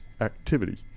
activity